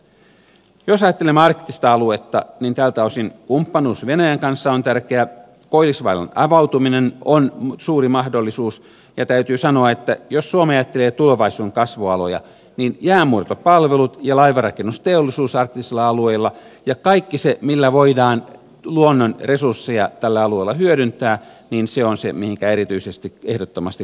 jos ajattelemme arktista aluetta niin tältä osin kumppanuus venäjän kanssa on tärkeää koillisväylän avautuminen on suuri mahdollisuus ja täytyy sanoa että jos suomi ajattelee tulevaisuuden kasvualoja niin jäänmurtopalvelut ja laivanrakennusteollisuus arktisilla alueilla ja kaikki se millä voidaan luonnon resursseja tällä alueella hyödyntää on se mihinkä erityisesti kannattaisi ehdottomasti panostaa